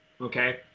okay